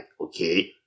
okay